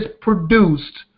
produced